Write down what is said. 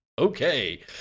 Okay